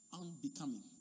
unbecoming